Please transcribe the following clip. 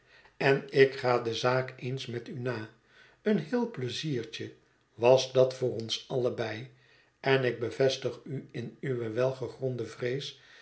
en ik ga de zaak eens met u na een heel pleiziertje was dat voor ons allebei en ik bevestig u in uwe welgegronde vrees